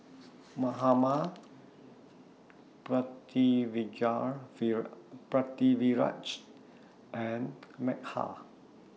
Mahatma Pritiviraj and Medha